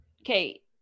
Okay